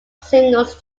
singles